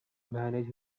manage